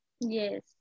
Yes